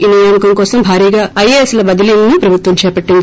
ఈ నియామకం కోసం భారీగా ఐఏఎస్ల బదిలీలను ప్రభుత్వం చేపట్టింది